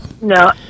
no